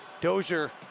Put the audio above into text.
Dozier